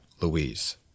Louise